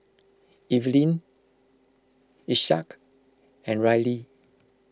Eveline Isaak and Rylie